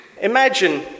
Imagine